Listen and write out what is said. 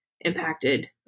impacted